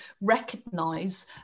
recognize